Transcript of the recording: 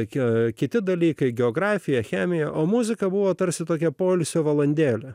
jokie kiti dalykai geografija chemija o muzika buvo tarsi tokia poilsio valandėlė